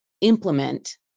implement